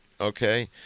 okay